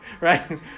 right